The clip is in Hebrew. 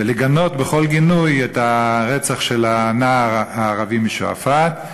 לגנות בכל גינוי את הרצח של הנער הערבי משועפאט,